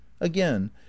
again